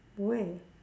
where